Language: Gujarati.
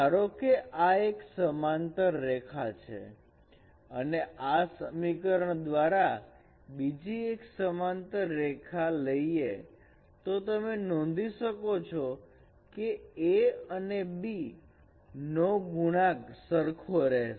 ધારો કે આ એક સમાંતર રેખા છે અને આ સમીકરણ દ્વારા બીજી એક સમાંતર રેખા લઈએ તો તમે નોંધી શકો કે a અને b નો ગુણાંક સરખો રહેશે